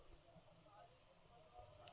పత్తి సరి ఒకటే పంట ని వేయడం వలన లాభమా నష్టమా?